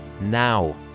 now